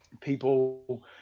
people –